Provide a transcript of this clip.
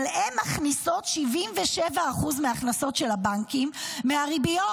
אבל הם מכניסים 77% מההכנסות של הבנקים מהריביות.